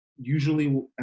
usually